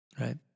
Right